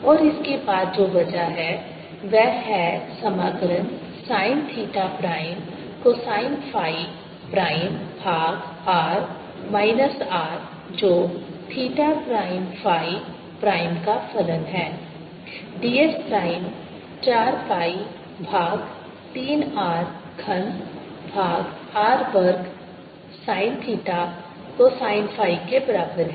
और उसके बाद जो बचा है वह है समाकलन sin theta prime cosine phi prime भाग r माइनस R जो थीटा प्राइम फ़ाई प्राइम का फलन है ds प्राइम 4 pi भाग 3 R घन भाग r वर्ग sin थीटा cosine फ़ाई के बराबर है